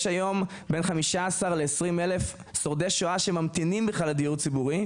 יש היום בין 15 ל-20 אלף שורדי שואה שממתינים לדיור ציבורי,